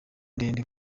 ndende